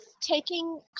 taking